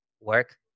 work